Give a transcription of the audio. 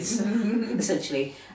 essentially